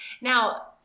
now